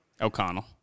O'Connell